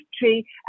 history